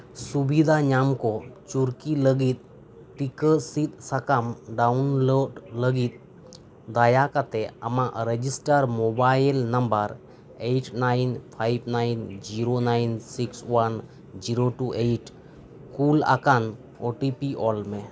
ᱥᱩᱵᱤᱫᱟ ᱧᱟᱢ ᱠᱚ ᱪᱩᱨᱠᱤ ᱞᱟᱹᱜᱤᱫ ᱴᱤᱠᱟᱹ ᱥᱤᱫ ᱥᱟᱠᱟᱢ ᱰᱟᱣᱩᱱᱞᱳᱰ ᱞᱟᱹᱜᱤᱫ ᱫᱟᱭᱟᱠᱟᱛᱮ ᱟᱢᱟᱜ register mobile number eight nine five nine zero nine six one zero two eight call ᱟᱠᱟᱱ ᱳᱴᱤᱯᱤ ᱚᱞ ᱢᱮ